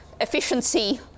efficiency